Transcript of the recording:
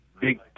big